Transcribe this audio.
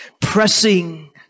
Pressing